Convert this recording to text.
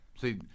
See